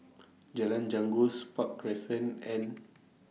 Jalan Janggus Park Crescent and